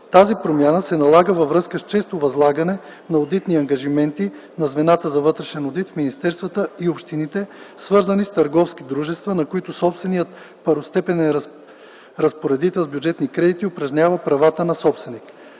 Тази промяна се налага във връзка с честото възлагане на одитни ангажименти на звената за вътрешен одит в министерствата и общините, свързани с търговски дружества, на които съответният първостепенен разпоредител с бюджетни кредити упражнява правата на собственик.